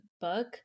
book